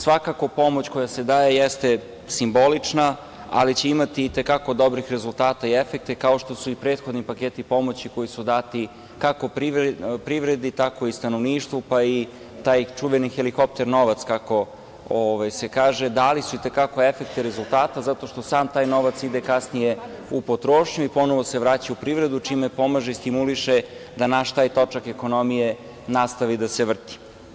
Svakako pomoć koja se daje jeste simbolična, ali će imati i te kako dobrih rezultata i efekte kao što su i prethodni paketi pomoći koji su dati kako privredi, tako i stanovništvu, pa i taj čuveni helikopter novac, kako se kaže, dali su i te kako efekte i rezultate, zato što sav taj novac ide kasnije u potrošnju i ponovo se vraća u privredu čime pomaže i stimuliše da naš taj točak ekonomije nastavi da se vrti.